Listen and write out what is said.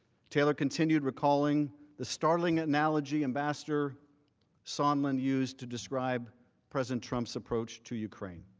taylor continued recalling the startling analogy ambassador sondland used to describe president trump's approach to ukraine.